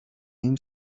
این